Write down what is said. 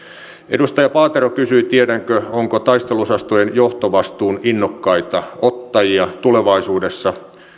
edustaja paatero kysyi tiedänkö onko taisteluosastojen johtovastuun innokkaita ottajia tulevaisuudessa